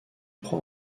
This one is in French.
prend